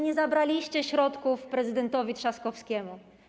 Nie zabraliście środków prezydentowi Trzaskowskiemu.